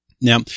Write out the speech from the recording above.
Now